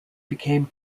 became